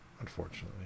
unfortunately